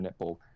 Netball